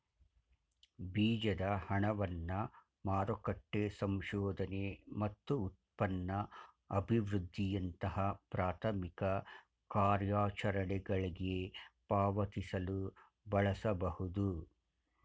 ಬೀಜದ ಹಣವನ್ನ ಮಾರುಕಟ್ಟೆ ಸಂಶೋಧನೆ ಮತ್ತು ಉತ್ಪನ್ನ ಅಭಿವೃದ್ಧಿಯಂತಹ ಪ್ರಾಥಮಿಕ ಕಾರ್ಯಾಚರಣೆಗಳ್ಗೆ ಪಾವತಿಸಲು ಬಳಸಬಹುದು